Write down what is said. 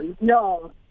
No